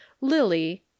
lily